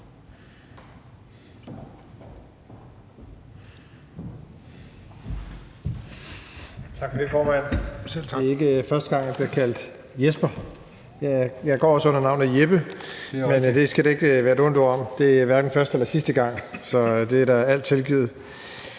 Tak for det, formand. Det er ikke første gang, jeg bliver kaldt Jesper. Jeg går også under navnet Jeppe, men det skal der ikke lyde et ondt ord om. Det er hverken første eller sidste gang, så alt er tilgivet.